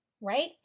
right